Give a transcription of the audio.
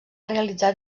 realitzat